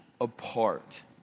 apart